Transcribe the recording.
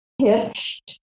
pitched